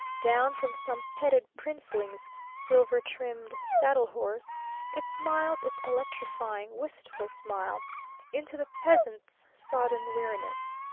down from some petted princeling's silver-trimmed saddle horse it smiles its electrifying, wistful smile into the peasant's sodden weariness.